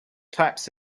types